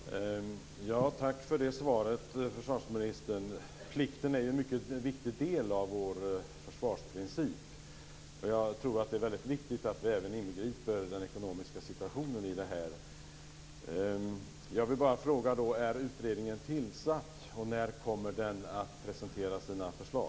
Herr talman! Tack för det svaret, försvarsministern. Plikten är ju en mycket viktig del av vår försvarsprincip. Jag tror att det är väldigt viktigt att vi även inbegriper den ekonomiska situationen i detta. Jag vill bara fråga: Är utredningen tillsatt? När kommer den att presentera sina förslag?